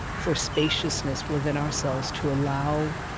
for spaciousness within ourselves to allow